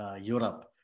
Europe